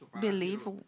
believe